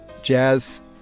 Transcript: jazz